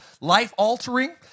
life-altering